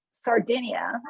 Sardinia